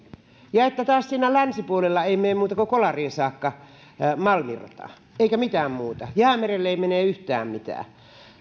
ja että taas siinä länsipuolella ei mene muuta kuin kolariin saakka malmirata eikä mitään muuta jäämerelle ei mene yhtään mitään